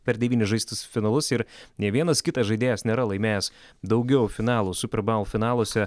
per devynis žaistus finalus ir nei vienas kitas žaidėjas nėra laimėjęs daugiau finalų super baul finaluose